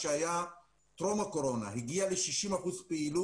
לשם אנחנו דוהרים בעניין של